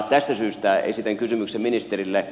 tästä syystä esitän kysymyksen ministerille